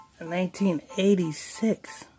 1986